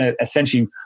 essentially